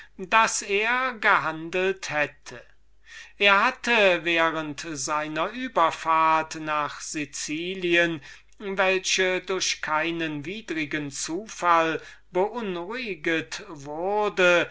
daß er gehandelt hätte er hatte während seiner fahrt nach sicilien welche durch keinen widrigen zufall beunruhiget wurde